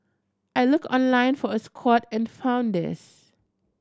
I looked online for a squat and found this